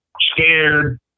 scared